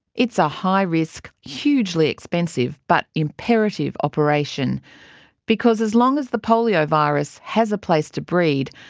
it's a high-risk, hugely expensive but imperative operation because as long as the polio virus has a place to breed,